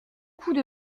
coups